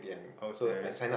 okay